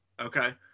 okay